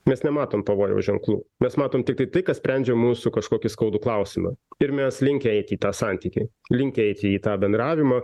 mes nematom pavojaus ženklų mes matom tiktai tai kas sprendžia mūsų kažkokį skaudų klausimą ir mes linkę eiti į tą santykį linkę eiti į tą bendravimą